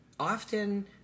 Often